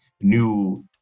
new